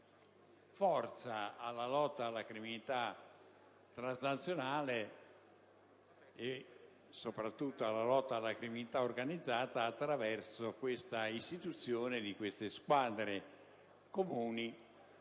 forza alla lotta alla criminalità transnazionale e, soprattutto, alla lotta alla criminalità organizzata attraverso l'istituzione di squadre